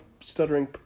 stuttering